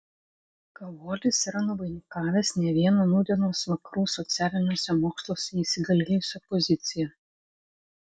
kavolis yra nuvainikavęs ne vieną nūdienos vakarų socialiniuose moksluose įsigalėjusią poziciją